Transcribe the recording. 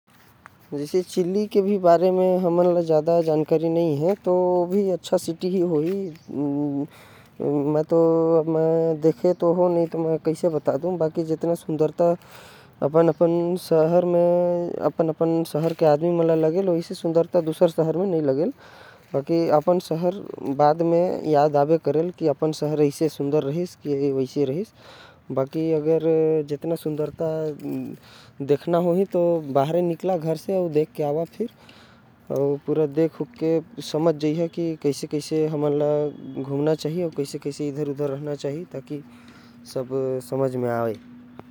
चिली भी म कभी गए नही हो न। मोके कुछ जानकारी हवे। तो मोके कुछ पता नही हवे। लेकिन अच्छा जगह हवे घूमे जा सकत ह।